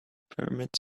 pyramids